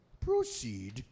Proceed